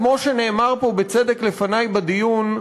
כמו שנאמר פה בצדק לפני בדיון,